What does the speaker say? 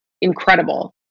incredible